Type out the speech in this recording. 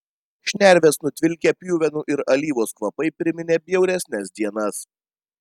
šnerves nutvilkę pjuvenų ir alyvos kvapai priminė bjauresnes dienas